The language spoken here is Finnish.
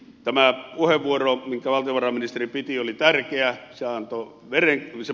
tämä puheenvuoro minkä valtiovarainministeri piti oli tärkeä